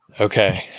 Okay